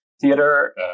theater